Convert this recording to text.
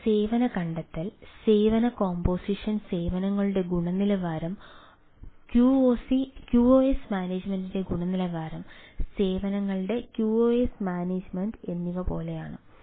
അവ സേവന കണ്ടെത്തൽ സേവന കോമ്പോസിഷൻ സേവനങ്ങളുടെ ഗുണനിലവാരം ക്യുഓഎസ് മാനേജ്മെന്റ് എന്നിവ പോലെയാണ്